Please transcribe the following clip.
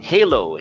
Halo